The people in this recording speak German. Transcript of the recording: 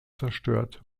zerstört